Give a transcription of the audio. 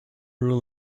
rule